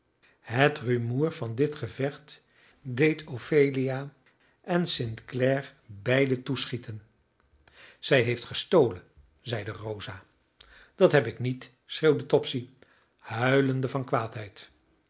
het rumoer van dit gevecht deed ophelia en st clare beiden toeschieten zij heeft gestolen zeide rosa dat heb ik niet schreeuwde topsy huilende van kwaadheid